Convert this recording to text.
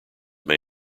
may